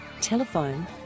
Telephone